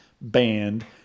band